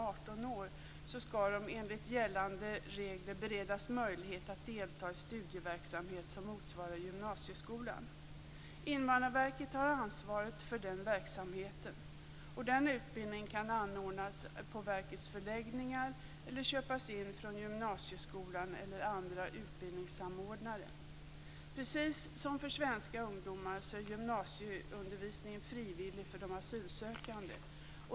18 år, skall enligt gällande regler beredas möjlighet att delta i studieverksamhet som motsvarar gymnasieskolan. Invandrarverket har ansvaret för den verksamheten. Den utbildningen kan anordnas på verkets förläggningar eller köpas in från gymnasieskolan eller andra utbildningssamordnare. Precis som för svenska ungdomar är gymnasieundervisningen frivillig för de asylsökande.